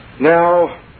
now